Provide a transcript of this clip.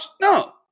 no